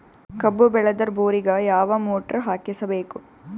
ಕಬ್ಬು ಬೇಳದರ್ ಬೋರಿಗ ಯಾವ ಮೋಟ್ರ ಹಾಕಿಸಬೇಕು?